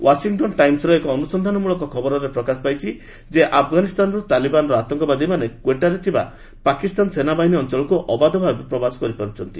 Washington ଟାଇମ୍ବର ଏକ ଅନୁସନ୍ଧାନମୂଳକ ଖବରରେ ପ୍ରକାଶ ପାଇଛି ଯେ ଆଫଗାନିସ୍ଥାନରୁ ତାଲିବାନର ଆତଙ୍କବାଦୀମାନେ କ୍ୱେଟାରେ ଥିବା ପାକିସ୍ତାନ ସେନାବାହିନୀ ଅଞ୍ଚଳକୁ ଅବାଧ ପ୍ରବେଶ କରିପାରୁଛନ୍ତି